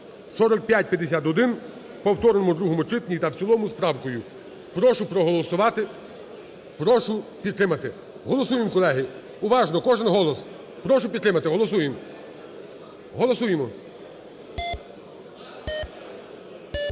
4551 у повторному другому читанні та в цілому з правкою. Прошу проголосувати, прошу підтримати. Голосуємо, колеги. Уважно, кожен голос. Прошу підтримати. Голосуємо.